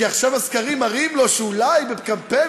כי עכשיו הסקרים מראים לו שאולי בקמפיין